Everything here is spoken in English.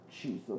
Jesus